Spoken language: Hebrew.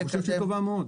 אני חושב שהיא טובה מאוד.